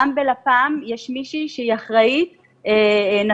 גם בלפ"מ יש מישהי, נטלי,